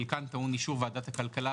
חלקן טעון את אישור ועדת הכלכלה,